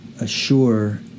assure